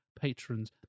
patrons